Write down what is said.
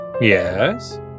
Yes